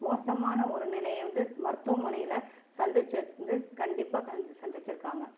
மோசமான ஒரு நிலையை வந்து மருத்துவமனையில் சந்தித்து இருந்து கண்டிப்பாக சந்திச்சுருக்காங்க